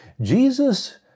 Jesus